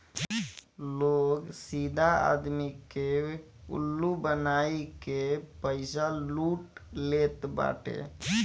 लोग सीधा आदमी के उल्लू बनाई के पईसा लूट लेत बाटे